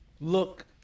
look